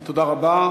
תודה רבה.